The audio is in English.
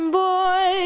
boy